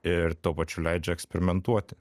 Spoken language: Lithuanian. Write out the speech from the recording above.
ir tuo pačiu leidžia eksperimentuoti